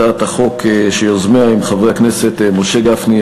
הצעת חוק שיוזמיה הם חברי הכנסת משה גפני,